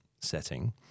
setting